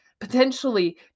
potentially